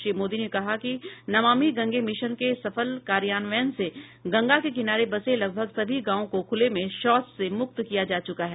श्री मोदी ने कहा कि नमामि गंगे मिशन के सफल कार्यान्वयन से गंगा के किनारे बसे लगभग सभी गांवों को खुले में शौच से मुक्त किया जा चुका है